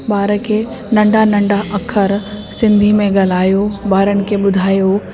ॿार खे नंढा नंढा अख़र सिंधी में ॻाल्हायो ॿारनि खे ॿुधायो